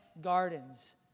gardens